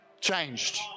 changed